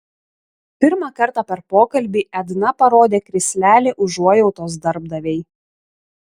pirmą kartą per pokalbį edna parodė krislelį užuojautos darbdavei